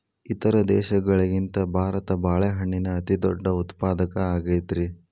ಇತರ ದೇಶಗಳಿಗಿಂತ ಭಾರತ ಬಾಳೆಹಣ್ಣಿನ ಅತಿದೊಡ್ಡ ಉತ್ಪಾದಕ ಆಗೈತ್ರಿ